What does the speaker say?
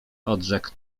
odrzekł